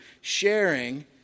sharing